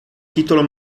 titolo